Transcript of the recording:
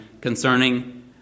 concerning